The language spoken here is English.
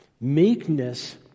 Meekness